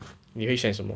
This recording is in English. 你会选什么